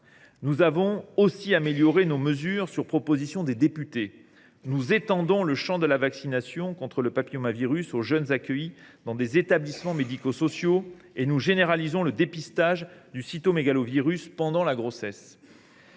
Nous avons aussi amélioré le texte grâce aux propositions des députés. Nous étendrons le champ de la vaccination contre le papillomavirus aux jeunes accueillis dans des établissements médico sociaux et nous généraliserons le dépistage du cytomégalovirus pendant la grossesse.